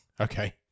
Okay